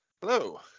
Hello